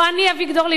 אביגדור ליברמן?